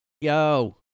Yo